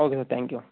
okay sir thank you